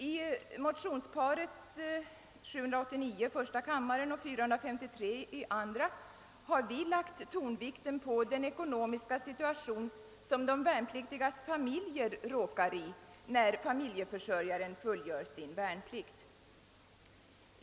I motionsparet I: 789 och 11: 453 har vi lagt tonvikten på den ekonomiska situation som de värnpliktigas familjer råkar i när familjeförsörjaren fullgör sin värnplikt.